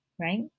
right